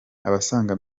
abasaga